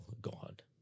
God